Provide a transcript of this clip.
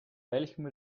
welchem